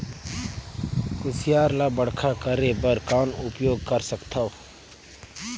कुसियार ल बड़खा करे बर कौन उपाय कर सकथव?